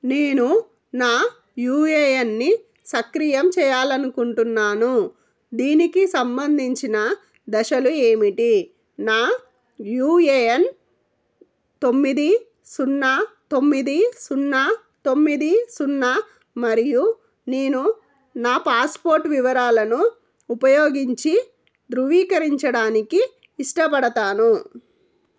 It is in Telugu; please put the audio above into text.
నేను నా యుఏఎన్ని సక్రియం చెయ్యాలనుకుంటున్నాను దీనికి సంబంధించిన దశలు ఏమిటి నా యూఏఎన్ తొమ్మిది సున్నా తొమ్మిది సున్నా తొమ్మిది సున్నా మరియు నేను నా పాస్పోర్ట్ వివరాలను ఉపయోగించి ధృవీకరించడానికి ఇష్టపడతాను